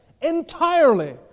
entirely